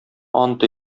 ант